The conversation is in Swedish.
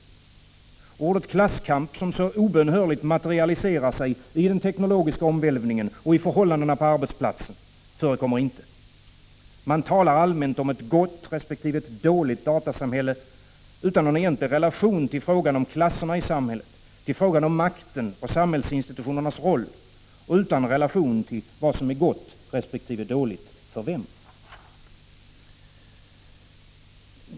Ordet klasskamp, som så obönhörligt materialiserar sig i den teknologiska omvälvningen och i förhållandena på arbetsplatsen, förekommer inte. Man talar allmänt om ett gott resp. ett dåligt datasamhälle utan någon egentlig relation till frågan om klasserna i samhället eller till ftågan om makten och samhällsinstitutionernas roll och utan relation till vad som är gott resp. dåligt för vem.